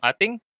ating